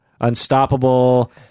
Unstoppable